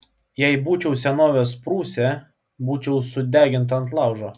jei būčiau senovės prūsė būčiau sudeginta ant laužo